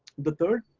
the third,